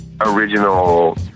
Original